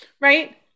right